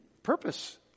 Purpose